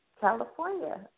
California